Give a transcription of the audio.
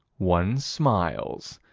one smiles.